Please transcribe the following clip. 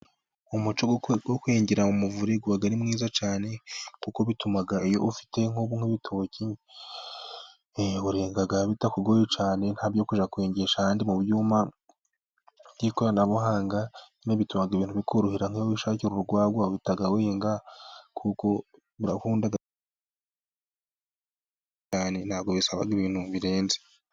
Umuco wo kwengera mu muvure uba ari mwiza cyane, kuko bituma iyo ufite nk'ibitoki urenga bitakugoye cyane, nta byo kujya kwengesha ahandi mu byuma by' ikoranabuhanga, nyine bituma ibintu bikorohera, nk'iyo wishakira urwagwa uhita wenga kuko birahendutse cyane, ntago bisaba ibintu birenze.